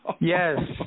Yes